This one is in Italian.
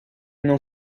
non